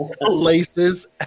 Laces